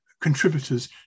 contributors